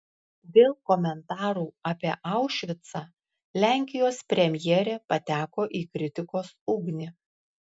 dėl komentarų apie aušvicą lenkijos premjerė pateko į kritikos ugnį